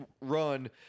Run